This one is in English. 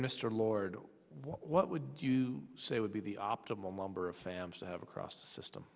mr lord what would you say would be the optimal number of sams to have across the system